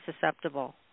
susceptible